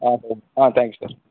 ஆ சரிங்க ஆ thank you sir